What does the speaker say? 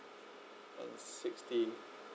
and sixty